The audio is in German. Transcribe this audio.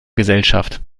gesellschaft